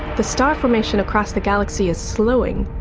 the star formation across the galaxy is slowing.